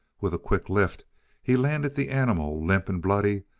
with a quick lift he landed the animal, limp and bloody,